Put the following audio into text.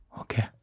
Okay